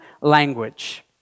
language